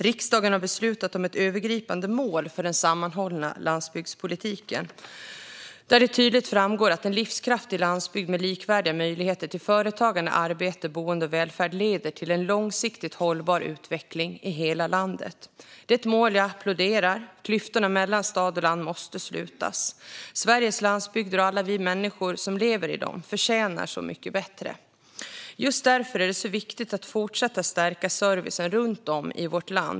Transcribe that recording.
Riksdagen har beslutat om ett övergripande mål för den sammanhållna landsbygdspolitiken där det tydligt framgår att en livskraftig landsbygd med likvärdiga möjligheter till företagande, arbete, boende och välfärd leder till en långsiktigt hållbar utveckling i hela landet. Det är ett mål jag applåderar. Klyftorna mellan stad och land måste slutas. Sveriges landsbygder, och alla vi människor som lever i dem, förtjänar så mycket bättre. Just därför är det så viktigt att fortsätta stärka servicen runt om i vårt land.